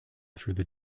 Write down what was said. through